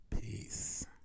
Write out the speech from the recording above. Peace